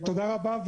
תודה רבה.